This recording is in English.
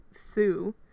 sue